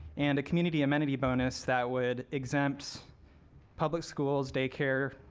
and a community amendi bone us that would exempt public schools, daycare,